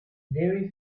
very